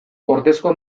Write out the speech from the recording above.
ordezko